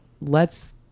lets